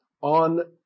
on